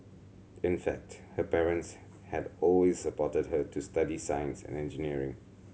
in fact her parents had always supported her to study science and engineering